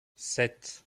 sept